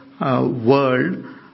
world